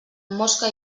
mosca